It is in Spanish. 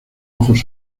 ojos